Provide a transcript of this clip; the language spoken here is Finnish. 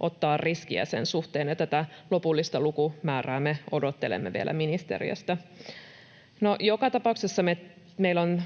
ottaa riskiä sen suhteen. Tätä lopullista lukumäärää me odottelemme vielä ministeriöstä. Joka tapauksessa meillä on